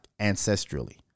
ancestrally